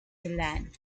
milan